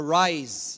rise